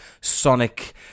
Sonic